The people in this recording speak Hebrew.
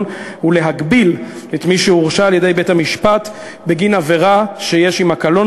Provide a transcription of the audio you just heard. ולהגביל את מי שהורשע על-ידי בית-המשפט בגין עבירה שיש עמה קלון,